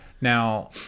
Now